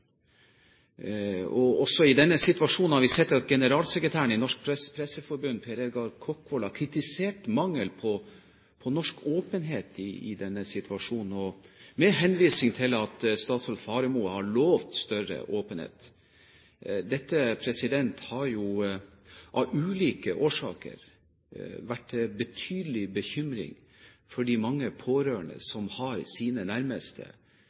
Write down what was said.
Også i denne situasjonen har vi sett at generalsekretæren i Norsk Presseforbund, Per Edgar Kokkvold, har kritisert mangel på norsk åpenhet, med henvisning til at statsråd Faremo har lovet større åpenhet. Dette har av ulike årsaker vært til betydelig bekymring for de mange pårørende som har sine nærmeste